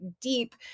deep